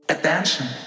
Attention